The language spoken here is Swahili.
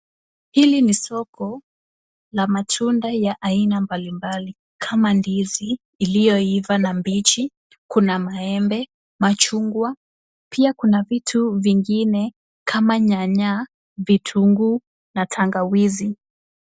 Hili ni soko la matunda ya aina mbalimbali, kama ndizi iliyoiva na mbichi, kuna maembe, machungwa. Pia kuna vitu vingine kama nyanya, vitunguu na tangawizi.